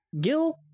Gil